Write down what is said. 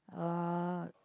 uh